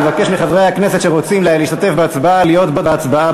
אני מבקש מחברי הכנסת שרוצים להשתתף בהצבעה להיות בהצבעה,